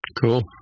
Cool